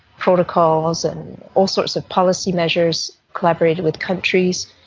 protocols and all sorts of policy measures, collaborated with countries.